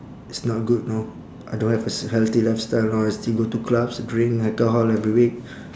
it's not good know I don't have a s~ healthy lifestyle know I still go to clubs drink alcohol every week